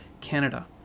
Canada